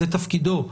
זה תפקידו.